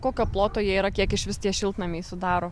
kokio ploto jie yra kiek išvis tie šiltnamiai sudaro